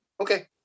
Okay